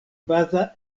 baza